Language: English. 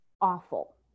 awful